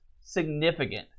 significant